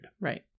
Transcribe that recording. Right